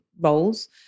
roles